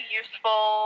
useful